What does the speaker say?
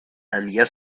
and